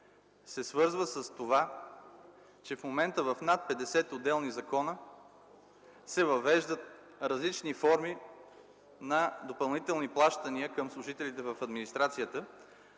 се свързва с това, че в момента в над 50 отделни закона се въвеждат различни форми на допълнителни плащания към служителите в администрацията,